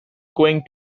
going